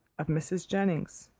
of mrs. jennings,